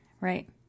Right